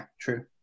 true